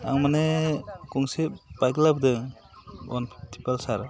आं माने गंसे बाइक लाबोदों वान फिफ्टि पालसार